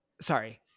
Sorry